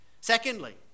Secondly